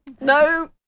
No